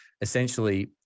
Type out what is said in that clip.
essentially